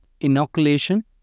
inoculation